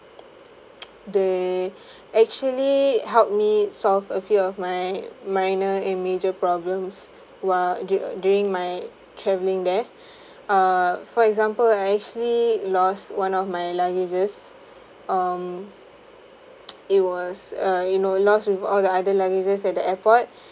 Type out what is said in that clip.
they actually helped me solved a few of my minor and major problems while du~ during my travelling there err for example I actually lost one of my luggages um it was uh you know lost with all the other luggages at the airport